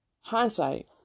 hindsight